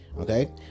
okay